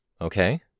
Okay